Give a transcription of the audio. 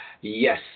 Yes